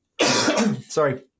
sorry